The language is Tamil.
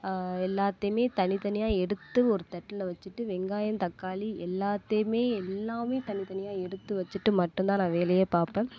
எல்லாத்தையுமே தனி தனியாக எடுத்து ஒரு தட்டில் வச்சிட்டு வெங்காயம் தக்காளி எல்லாத்தையுமே எல்லாமே தனி தனியாக எடுத்து வச்சிட்டு மட்டுந்தான் நான் வேலையே பார்ப்பேன்